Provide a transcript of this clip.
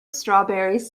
strawberries